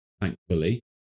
thankfully